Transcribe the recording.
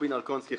קובי נרקובסקי.